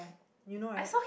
you know right